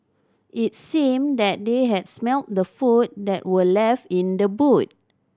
it seemed that they had smelt the food that were left in the boot